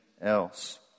else